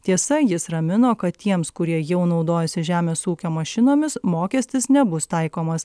tiesa jis ramino kad tiems kurie jau naudojasi žemės ūkio mašinomis mokestis nebus taikomas